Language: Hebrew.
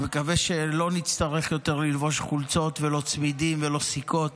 אני מקווה שלא נצטרך יותר ללבוש חולצות ולא צמידים ולא סיכות